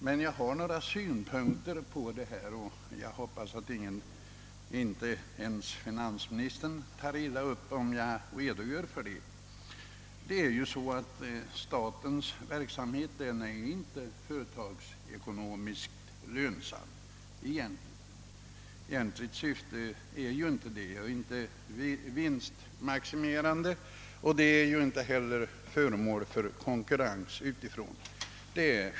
Jag har emellertid några synpunkter på rationaliseringsverksamheten, och jag hoppas att ingen — inte ens finansministern — tar illa upp om jag redogör för dem. Statens verksamhet är inte företagsekonomiskt lönsam, och det är inte heller dess egentliga syfte. Den är inte vinstmaximerande och inte föremål för någon konkurrens utifrån.